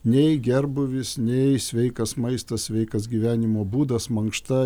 nei gerbūvis nei sveikas maistas sveikas gyvenimo būdas mankšta